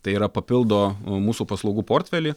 tai yra papildo mūsų paslaugų portfelį